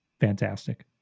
fantastic